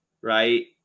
Right